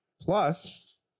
Plus